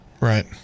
Right